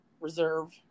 reserve